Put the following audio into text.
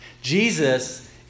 Jesus